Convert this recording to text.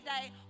day